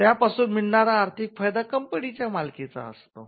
त्या पासून मिळणार आर्थिक फायदा कंपनीच्या मालकाचा असतो